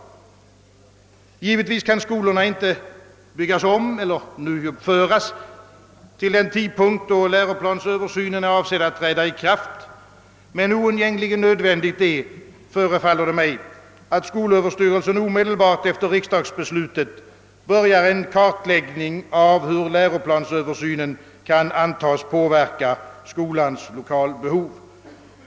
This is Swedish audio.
Givetvis kan skolorna inte byggas om eller nyuppföras till den tidpunkt, då den nya formen av undervisning efter läroplansöversynen är avsedd att ta sin början. Men det förefaller mig oundgängligen nödvändigt, att skolöverstyrelsen omedelbart efter riksdagsbeslutet påbörjar en kartläggning av hur läroplansöversynen kan antas påverka skolans lokalbehov.